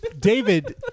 David